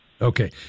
Okay